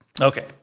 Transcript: Okay